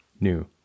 new